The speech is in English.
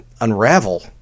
unravel